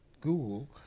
Google